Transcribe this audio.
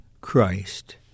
Christ